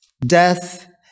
Death